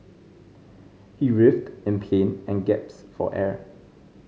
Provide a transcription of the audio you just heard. he writhed in pain and for air